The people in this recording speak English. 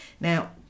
Now